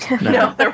no